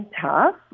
tough